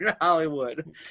Hollywood